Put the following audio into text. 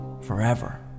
forever